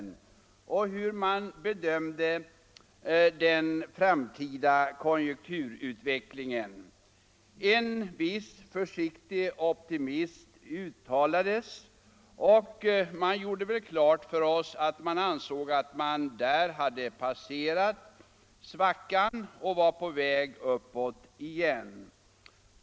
När det gällde hur man bedömde den framtida konjunkturutvecklingen uttalades en viss försiktig optimism, och man gjorde väl klart för oss att man ansåg sig ha passerat svackan och vara på väg uppåt igen.